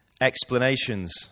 explanations